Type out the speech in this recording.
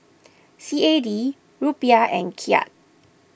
C A D Rupiah and Kyat